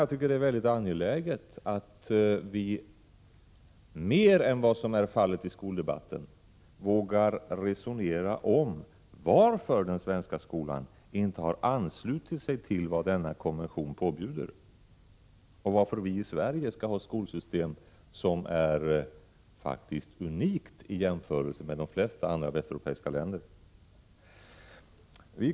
Jag tycker det är mycket angeläget att vi, mer än vad som är fallet i skoldebatten, vågar resonera om varför den svenska skolan inte har anslutit sig till vad denna konvention påbjuder och varför vi i Sverige skall ha skolsystem som är unika i jämförelse med skolsystemen i de flesta andra västeuropeiska länder.